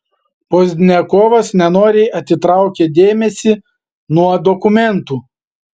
pozdniakovas nenoriai atitraukė dėmesį nuo dokumentų